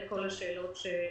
גם לכל השאלות שהעלית.